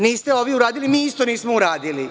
Niste vi uradili, ni mi isto nismo uradili.